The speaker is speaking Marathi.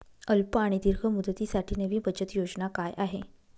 अल्प आणि दीर्घ मुदतीसाठी नवी बचत योजना काय आहे?